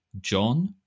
John